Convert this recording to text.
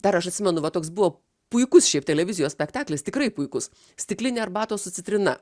dar aš atsimenu va toks buvo puikus šiaip televizijos spektaklis tikrai puikus stiklinė arbatos su citrina